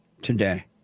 today